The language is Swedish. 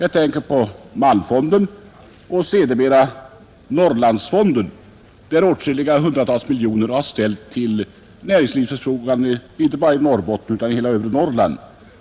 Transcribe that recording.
Jag tänker på malmfonden och sedermera Norrlandsfonden, genom vilken åtskilliga hundra miljoner kronor ställts till näringslivets förfogande inte bara i Norrbotten utan i hela övre Norrland.